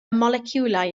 moleciwlau